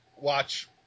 watch